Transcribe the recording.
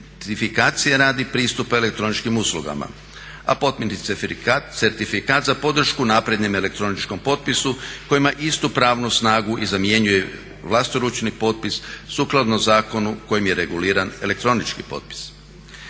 autentifikacije radi pristupa elektroničkim usluga, a … certifikat za podršku naprednim elektroničkom potpisu koji ima istu pravnu snagu i zamjenjuje vlastoručni potpis sukladno zakonu kojim je reguliran elektronički potpis.